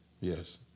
Yes